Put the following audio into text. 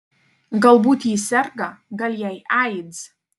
galbūt ji serga gal jai aids